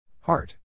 Heart